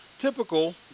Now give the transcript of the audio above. typical